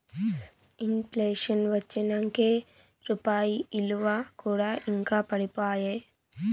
in ప్లేషన్ వచ్చినంకే రూపాయి ఇలువ కూడా ఇంకా పడిపాయే